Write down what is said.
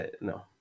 No